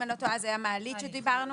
אם אני לא טועה זאת המעלית עליה דיברנו.